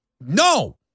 No